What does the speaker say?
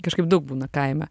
kažkaip daug būna kaime